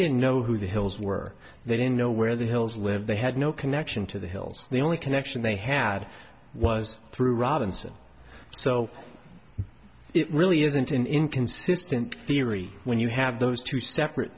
know who the hills were they didn't know where the hills live they had no connection to the hills the only connection they had was through robinson so it really isn't an inconsistent theory when you have those two separate